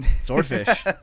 Swordfish